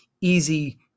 easy